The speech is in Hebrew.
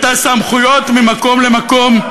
את הסמכויות ממקום למקום,